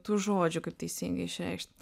tų žodžių kaip teisingai išreikšt